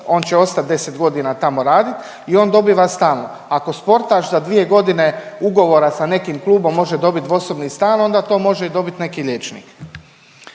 on će ostat deset godina tamo radit i onda dobiva stan. Ako sportaš za dvije godine ugovora sa nekim klubom može dobit dvosobni stan onda to može dobit i neki liječnik.